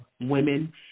women